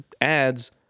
ads